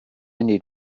need